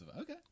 Okay